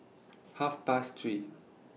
Half Past three